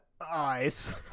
eyes